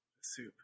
soup